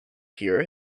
hear